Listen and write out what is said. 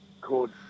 called